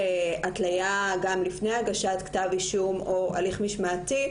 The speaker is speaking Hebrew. התלייה גם לפני הגשת כתב אישום או הליך משמעתי,